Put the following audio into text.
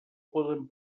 poden